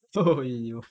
so !aiyo!